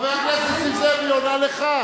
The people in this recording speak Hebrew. חבר הכנסת נסים זאב, היא עונה לך.